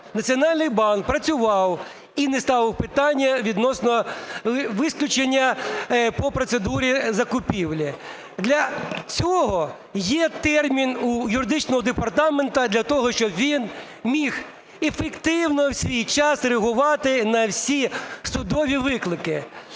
Національний банк працював і не ставив питання відносно виключення по процедурі закупівлі. Для цього є термін у юридичного департаменту для того, щоб він міг ефективно у свій час реагувати на всі судові виклики.